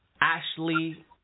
Ashley